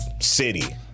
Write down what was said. city